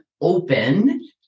open